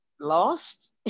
lost